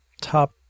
top